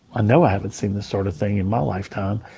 ah know i haven't seen this sort of thing in my lifetime.